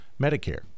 Medicare